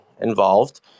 involved